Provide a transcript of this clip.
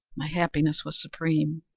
my happiness was supreme!